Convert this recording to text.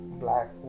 black